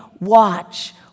watch